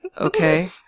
Okay